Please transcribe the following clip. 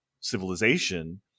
civilization